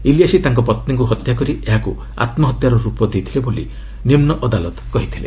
ଇଲିୟାସି ତାଙ୍କ ପତ୍ନୀଙ୍କୁ ହତ୍ୟା କରି ଏହାକୁ ଆତ୍କହତ୍ୟାର ରୂପ ଦେଇଥିଲେ ବୋଲି ନିମ୍ନ ଅଦାଳତ କହିଥିଲେ